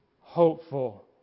hopeful